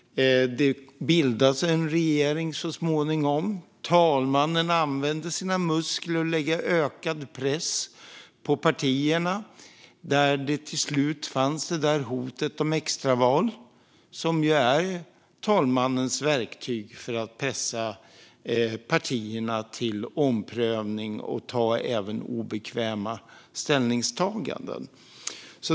Det bildades en regering så småningom. Talmannen använde sina muskler och lade ökad press på partierna. Till slut fanns det där hotet om extraval, som är talmannens verktyg för att pressa partierna till omprövning och att göra även obekväma ställningstaganden.